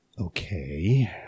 Okay